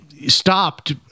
stopped